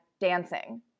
dancing